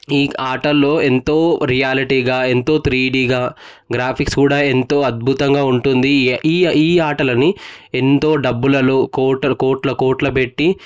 ఈ ఆటలలో ఎంతో రియాల్టీగా ఎంతో త్రీడీగా గ్రాఫిక్స్ కూడా ఎంతో అద్భుతంగా ఉంటుంది ఈ ఈ ఈ ఆటలని ఎంతో డబ్బులను కోట్ల కోట్ల కోట్లు పెట్టి